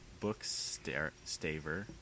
Bookstaver